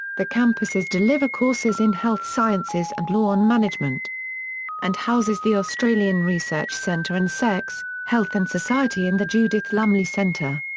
the campuses deliver courses in health sciences and law and management and houses the australian research centre in sex, health and society and the judith lumley centre.